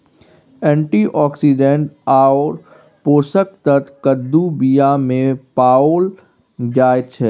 antioxidant आओर पोषक तत्व कद्दूक बीयामे पाओल जाइत छै